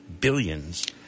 billions